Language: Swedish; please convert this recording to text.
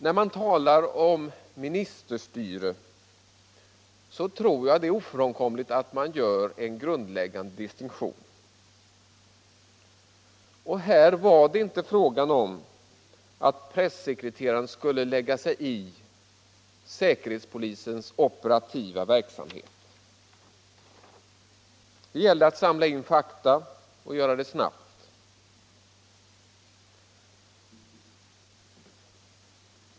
När man talar om ministerstyre är det ofrånkomligt att man gör en grundläggande distinktion. Här var det inte fråga om att pressekreteraren skulle lägga sig i säkerhetspolisens operativa verksamhet. Det gällde att samla in fakta och göra det snabbt.